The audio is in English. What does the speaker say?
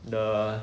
the